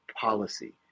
policy